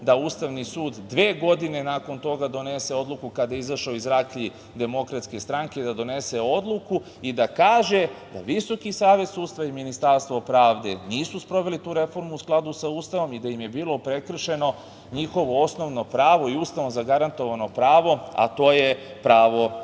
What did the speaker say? da Ustavni sud dve godine nakon toga donese odluku, kada je izašao iz raklji DS, i da kaže da VSS i Ministarstvo pravde nisu sproveli tu reformu u skladu sa Ustavom i da im je bilo prekršeno njihovo osnovno pravo, Ustavom zagarantovano pravo, a to je pravo